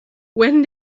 when